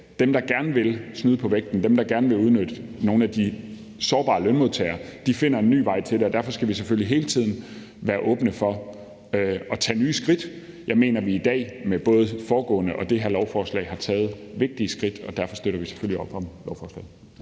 dem, der gerne vil snyde på vægten, og dem, der gerne vil udnytte nogle af de sårbare lønmodtagere, finder en ny vej til det. Derfor skal vi selvfølgelig hele tiden være åbne for at tage nye skridt. Jeg mener, vi i dag med både det foregående og det her lovforslag har taget vigtige skridt, og derfor støtter vi selvfølgelig op om lovforslaget.